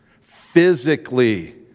physically